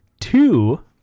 two